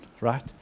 right